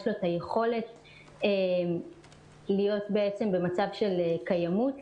יש לו את היכולת להיות במצב של קיימות,